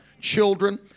children